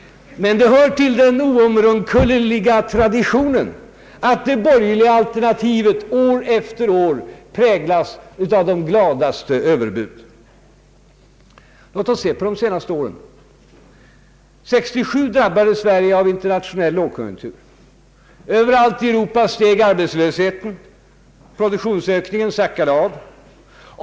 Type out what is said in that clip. Det hör till den oomkullrunkliga traditionen att det borgerliga alternativet år efter år präglas av de gladaste överbud. Låt oss se på de senaste åren! 1967 drabbades Sverige av en internationell lågkonjunktur. Överallt i Europa steg arbetslösheten, och produktionsökningen sackade av.